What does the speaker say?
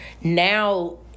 Now